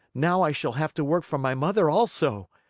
now i shall have to work for my mother also.